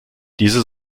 diese